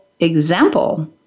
Example